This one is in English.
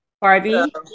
Barbie